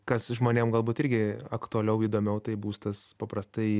kas žmonėm galbūt irgi aktualiau įdomiau tai būstas paprastai